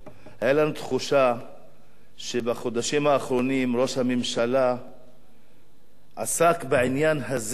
היתה לנו תחושה שבחודשים האחרונים ראש הממשלה עסק בעניין הזה יותר